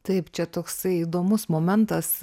taip čia toksai įdomus momentas